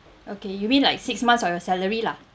okay you mean like six months of your salary lah